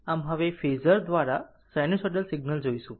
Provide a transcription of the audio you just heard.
આમ હવે ફેઝર દ્વારા સાઈનુસાઇડલ સિગ્નલ જોઈશું